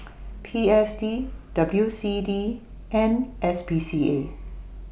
P S D W C D and S P C A